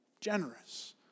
generous